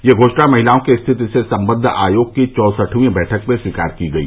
यह घोषणा महिलाओं की स्थिति से संबद्व आयोग की चौसठवीं बैठक में स्वीकार की गई